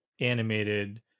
animated